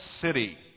city